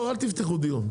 לא אל תפתחו דיון,